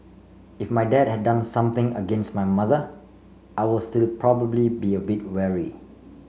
if my dad had done something against my mother I will still probably be a bit wary